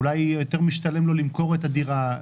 אולי יותר משתלם למכור את הדירה,